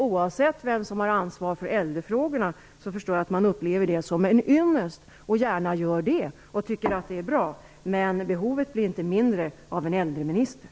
Oavsett vem som har ansvar för äldrefrågorna förstår jag att detta upplevs som en ynnest. Man träffar gärna statsministern och tycker att det är bra, men behovet av en äldreminister blir därför inte mindre.